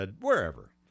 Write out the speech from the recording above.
wherever